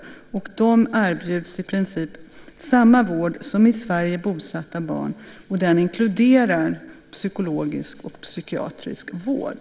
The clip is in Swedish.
De erbjuds i princip samma vård som i Sverige bosatta barn, och den inkluderar psykologisk och psykiatrisk vård.